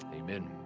Amen